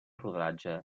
rodatge